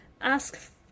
ask